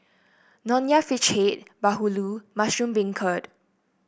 Nonya Fish Head bahulu Mushroom Beancurd